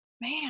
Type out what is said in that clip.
man